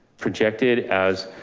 projected as